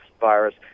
virus